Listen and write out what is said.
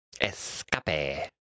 Escape